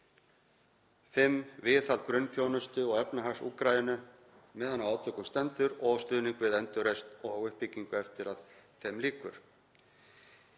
5. Viðhald grunnþjónustu og efnahags Úkraínu meðan á átökum stendur og stuðning við endurreisn og uppbyggingu eftir að þeim lýkur.